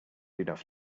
enough